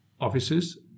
offices